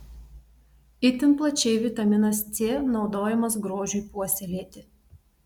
itin plačiai vitaminas c naudojamas grožiui puoselėti